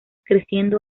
creciendo